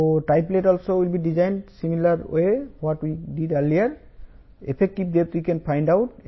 టై plate యొక్క effective depth 300−2 ×25